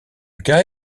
cas